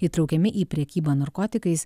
įtraukiami į prekybą narkotikais